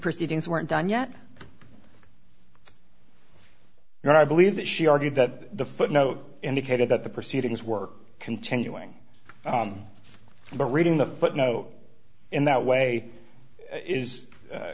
proceedings weren't done yet and i believe that she argued that the footnote indicated that the proceedings were continuing but reading the footnote in that way is